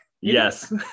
yes